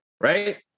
right